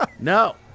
No